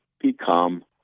become